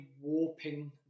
warping